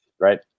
right